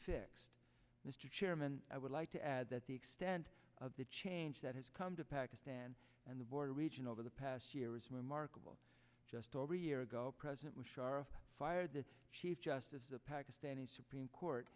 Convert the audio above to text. fixed mr chairman i would like to add that the extent of the change that has come to pakistan and the border region over the past year is remarkable just over a year ago president musharraf fired the chief justice of pakistani supreme court